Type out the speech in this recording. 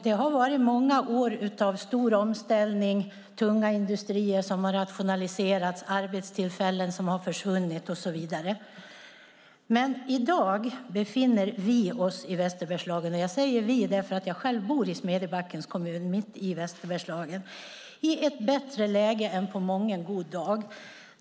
Det har varit många år av stor omställning - tunga industrier som har rationaliserats, arbetstillfällen som har försvunnit och så vidare. I dag befinner vi i Västerbergslagen oss - jag säger "vi" därför att jag själv bor i Smedjebackens kommun mitt i Västerbergslagen - i ett bättre läge än på mången god dag.